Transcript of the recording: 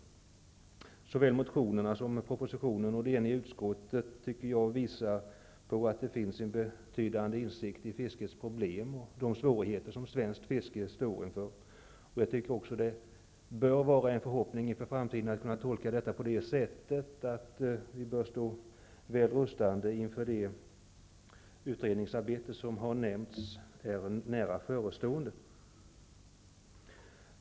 Såväl motionerna som propositionen och det eniga utskottet visar, tycker jag, att det finns en betydande insikt om fiskets problem och de svårigheter som svenskt fiske står inför. Jag tycker också att det bör vara en förhoppning inför framtiden att detta skall kunna tolkas på det sättet att vi står väl rustade inför det utredningsarbete som enligt vad som har nämnts är nära förestående.